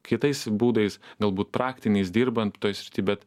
kitais būdais galbūt praktiniais dirbant toj srity bet